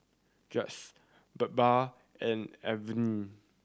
Peyush Birbal and Arvind